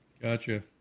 Gotcha